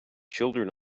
children